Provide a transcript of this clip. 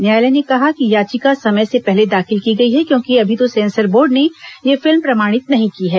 न्यायालय ने कहा कि याचिका समय से पहले दाखिल की गई है क्योंकि अभी तो सेंसर बोर्ड ने यह फिल्म प्रमाणित नही की है